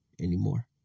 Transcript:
anymore